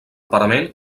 parament